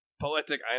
poetic